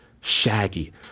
shaggy